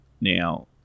now